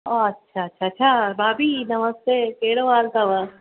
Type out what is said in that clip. उहो अच्छा अच्छा अच्छा भाभी नमस्ते कहिड़ो हालु अथव